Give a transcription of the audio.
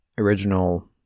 original